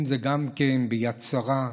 אם זה גם כן ביד שרה,